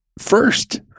first